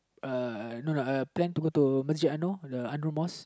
uh no no I plan to go to Memsy-Ano the Andru Mosque